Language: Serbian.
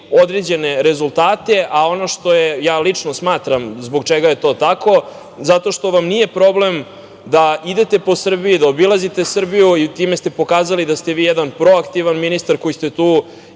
određene rezultate. Lično ja smatram zbog čega je to tako zato što vam nije problem da idete po Srbiji da obilazite Srbiju i time ste pokazali da ste vi jedan proaktivan ministar koji ste tu